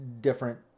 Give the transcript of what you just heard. different